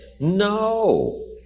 No